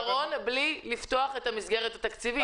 בלי לפתוח את המסגרת התקציבית?